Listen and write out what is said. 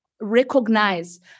recognize